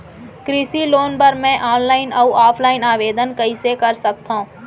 कृषि लोन बर मैं ऑनलाइन अऊ ऑफलाइन आवेदन कइसे कर सकथव?